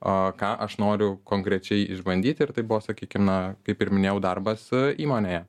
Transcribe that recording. ką aš noriu konkrečiai išbandyti ir tai buvo sakykime kaip ir minėjau darbas įmonėje